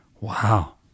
wow